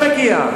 איך אתה תגיע?